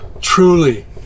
Truly